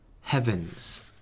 heavens